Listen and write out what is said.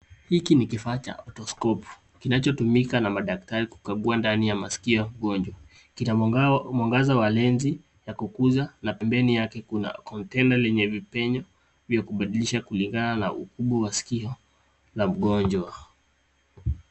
Hiki ni kifaa cha othoskopu kinachotumika na madaktari kukagua ndani ya masikio ya mgonjwa. Kina mwangaza wa lens ya kuguza na pembeni yake kuna container lenye vipenyo vya kubadilisha kulingana na ukubwa wa sikio la mgonjwa.